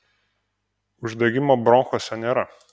uždegimo bronchuose nėra